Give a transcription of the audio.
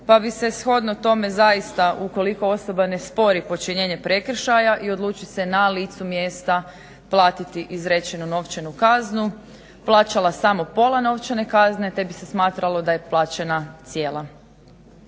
pa bi se shodno tome zaista ukoliko osoba ne spori počinjenje prekršaja i odluči se na licu mjesta platiti izrečenu novčanu kaznu. Plaćala se samo pola novčane kazne te bi se smatralo da je plaćena cijela.